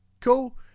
Cool